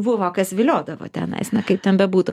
buvo kas viliodavo tenais na kaip ten bebūtų